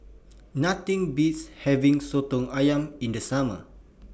Nothing Beats having Soto Ayam in The Summer